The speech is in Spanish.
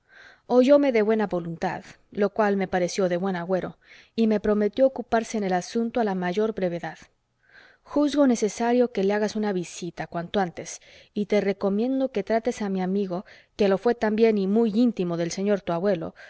que te veías de buscar algo productivo oyóme de buena voluntad lo cual me pareció de buen agüero y me prometió ocuparse en el asunto a la mayor brevedad juzgo necesario que le hagas una visita cuanto antes y te recomiendo que trates a mi amigo que lo fué también y muy íntimo del señor tu abuelo con tu genial y característica bondad